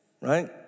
right